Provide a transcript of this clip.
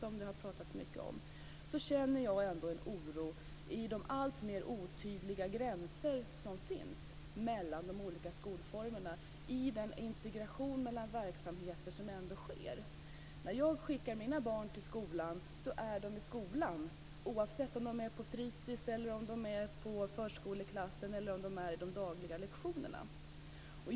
Jag känner ändå en oro för de alltmer otydliga gränserna mellan de olika skolformerna i den integration mellan verksamheter som sker. När jag skickar mina barn till skolan är de i skolan, oavsett om de är på fritis, i förskoleklassen eller på de dagliga lektionerna.